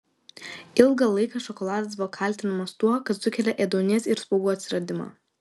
ilgą laiką šokoladas buvo kaltinamas tuo kad sukelia ėduonies ir spuogų atsiradimą